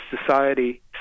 society